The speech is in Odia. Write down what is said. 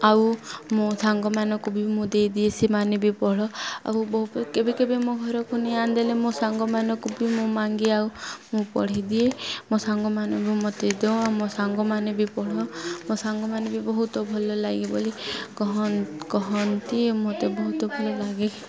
ଆଉ ମୋ ସାଙ୍ଗମାନଙ୍କୁ ବି ମୁଁ ଦେଇଦିଏ ସେମାନେ ବି ପଢ଼ ଆଉ ବହୁ କେବେ କେବେ ମୋ ଘରକୁ ନେଇ ଆଣିଦେଲେ ମୋ ସାଙ୍ଗମାନଙ୍କୁ ବି ମୋ ମଙ୍ଗି ଆଉ ମୁଁ ପଢ଼ିଦିଏ ମୋ ସାଙ୍ଗମାନେ ବି ମୋତେ ଦିଅଉ ମୋ ସାଙ୍ଗମାନେ ବି ପଢ଼ ମୋ ସାଙ୍ଗମାନେ ବି ବହୁତ ଭଲଲାଗେ ବୋଲି କହ କୁହନ୍ତି ମୋତେ ବହୁତ ଭଲ ଲାଗେ